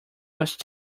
must